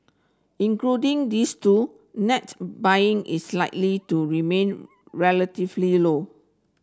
including these two net buying is likely to remain relatively low